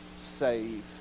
save